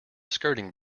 skirting